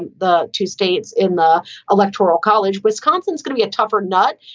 and the two states in the electoral college. wisconsin is gonna be a tougher nut.